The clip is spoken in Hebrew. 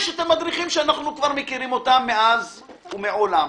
יש המדריכים שאנחנו מכירים מאז ומעולם,